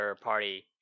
party